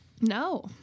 No